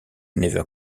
never